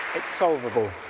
it's solvable?